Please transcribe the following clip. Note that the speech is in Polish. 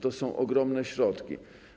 To są ogromne środki.